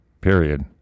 period